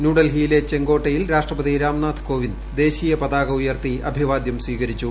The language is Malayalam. ന്യൂഡൽഹി യിലെ ചെങ്കോട്ടയിൽ രാഷ്ട്രപതി രാംനാഥ് കോവിന്ദ് ദേശീയപതാക ഉയർത്തി അഭിവാദ്യം സ്വീകരിച്ചു